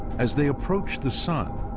as they approach the sun,